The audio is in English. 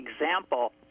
example